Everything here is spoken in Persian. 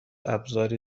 ابرازی